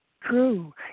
true